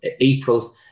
April